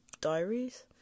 diaries